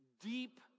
deep